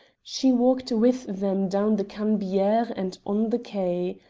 she walked with them down the cannebiere and on the quay.